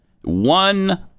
One